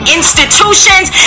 institutions